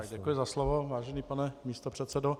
Děkuji za slovo, vážený pane místopředsedo.